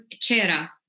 Cera